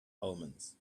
omens